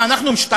מה, אנחנו המשטרה?